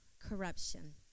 corruption